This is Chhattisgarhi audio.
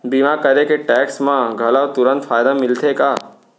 बीमा करे से टेक्स मा घलव तुरंत फायदा मिलथे का?